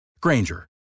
Granger